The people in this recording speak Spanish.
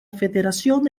federación